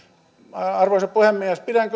arvoisa puhemies pidän